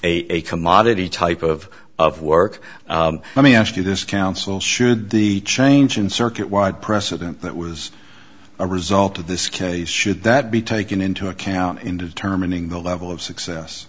a commodity type of of work let me ask you this counsel should the change in circuit wide precedent that was a result of this case should that be taken into account in determining the level of success